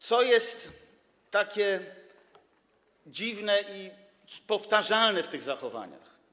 Co jest takie dziwne i powtarzalne w tych zachowaniach?